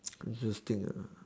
interesting ah